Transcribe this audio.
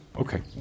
Okay